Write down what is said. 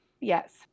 Yes